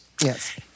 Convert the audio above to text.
Yes